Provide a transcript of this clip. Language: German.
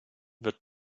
wird